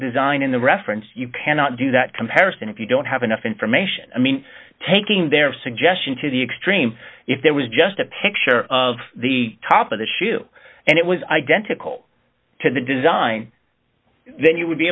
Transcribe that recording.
design in the reference you cannot do that comparison if you don't have enough information i mean taking their suggestion to the extreme if there was just a picture of the top of the shoe and it was identical to the design then you would be